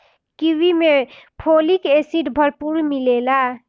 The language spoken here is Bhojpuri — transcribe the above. कीवी में फोलिक एसिड भरपूर मिलेला